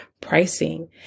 pricing